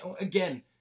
again